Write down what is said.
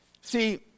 See